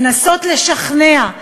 לנסות לשכנע,